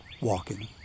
walking